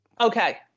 Okay